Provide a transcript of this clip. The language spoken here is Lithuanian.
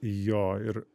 jo ir